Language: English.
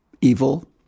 evil